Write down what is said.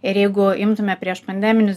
ir jeigu imtume prieš pandeminius